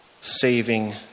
saving